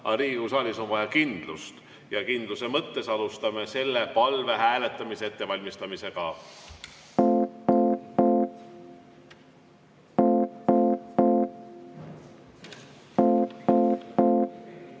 Riigikogu saalis on vaja kindlust ja kindluse mõttes alustame selle palve hääletamise ettevalmistamist.